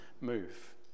move